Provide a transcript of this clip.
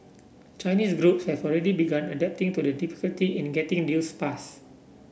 Chinese groups have already begun adapting to the difficulty in getting deals passed